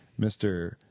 Mr